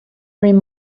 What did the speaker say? dream